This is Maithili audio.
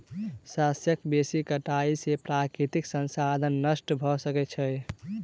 शस्यक बेसी कटाई से प्राकृतिक संसाधन नष्ट भ सकै छै